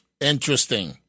Interesting